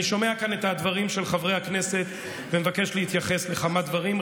אני שומע כאן את הדברים של חברי הכנסת ומבקש להתייחס לכמה דברים.